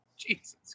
Jesus